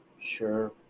sure